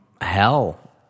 hell